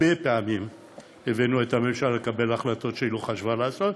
הרבה פעמים הבאנו את הממשלה לקבל החלטות שהיא לא חשבה לעשות,